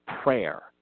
prayer